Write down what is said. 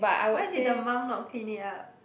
why did the mum not clean it up